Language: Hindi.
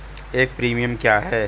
एक प्रीमियम क्या है?